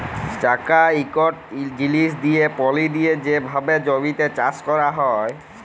চাকা ইকট জিলিস দিঁয়ে পলি দিঁয়ে যে ভাবে জমিতে চাষ ক্যরা হয়